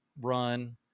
run